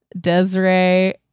Desiree